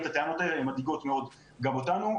את הטענות האלה והן מדאיגות מאוד גם אותנו.